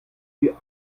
wie